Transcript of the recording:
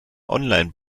online